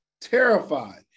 terrified